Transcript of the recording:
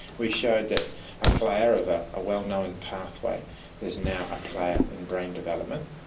we showed that a player of, ah a well-known pathway is now a player in brain development.